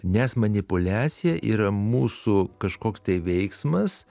nes manipuliacija yra mūsų kažkoks tai veiksmas